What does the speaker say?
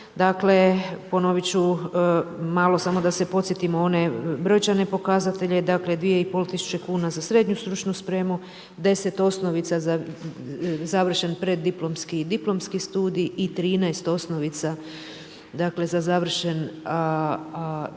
Dakle, ponoviti ću, malo samo da se podsjetimo one brojčane pokazatelja, dakle, 2,5 tisuće kn za srednju stručnu spremnu, 10 osnovica za završen preddiplomski i diplomski studij i 13 osnovica za završen